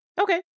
Okay